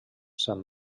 san